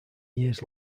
years